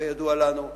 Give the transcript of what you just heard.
כידוע לנו.